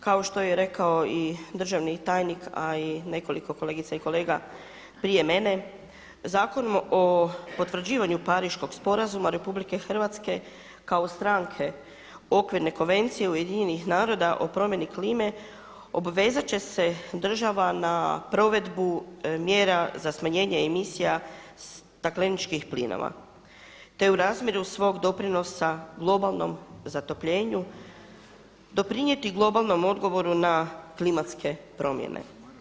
Kao što je rekao i državni tajnik a i nekoliko kolegica i kolega prije mene, Zakon o potvrđivanju Pariškog sporazuma RH kao stranke Okvirne konvencije UN-a o promjeni klime obvezati će država na provedbu mjera za smanjenje emisija stakleničkih plinova te u razmjeru svog doprinosa globalnom zatopljenju doprinijeti globalnom odgovoru na klimatske promjene.